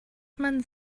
man